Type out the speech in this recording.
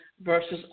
versus